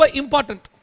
important